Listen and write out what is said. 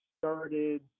started